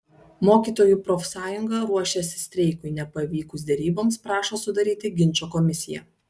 mokytojų profsąjunga ruošiasi streikui nepavykus deryboms prašo sudaryti ginčo komisiją